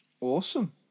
Awesome